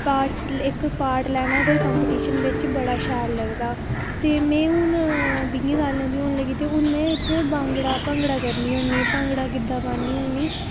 part इक्क part लैना गै कम्पीटिशन बिच बड़ा शैल लगदा ते में हून बीहें सालें दी होन लगी ते में इत्थें भांगड़ा करनी होन्नी भांगड़ा गिद्धा पान्नी होन्नी